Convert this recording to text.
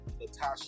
Natasha